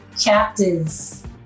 Chapters